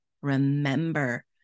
remember